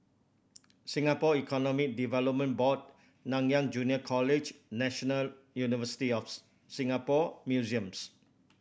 Singapore Economic Development Board Nanyang Junior College National University of Singapore Museums